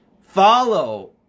follow